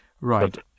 Right